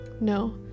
No